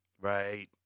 Right